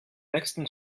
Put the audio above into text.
nächsten